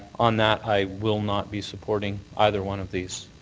on that, i will not be supporting either one of these.